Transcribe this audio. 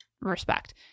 respect